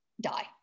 die